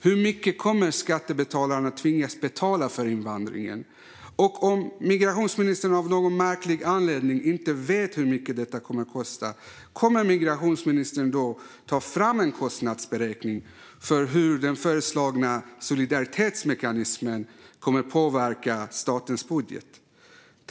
Hur mycket kommer skattebetalarna att tvingas betala för invandringen? Om migrationsministern av någon märklig anledning inte vet hur mycket detta kommer att kosta, kommer migrationsministern då att ta fram en kostnadsberäkning för hur den föreslagna solidaritetsmekanismen kommer att påverka statens budget?